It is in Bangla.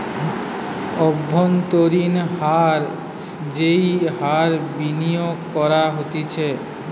অব্ভন্তরীন হার যেই হার বিনিয়োগ করা হতিছে